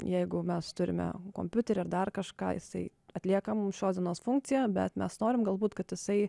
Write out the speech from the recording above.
jeigu mes turime kompiuterį ar dar kažką jisai atlieka mum šios dienos funkciją bet mes norim galbūt kad jisai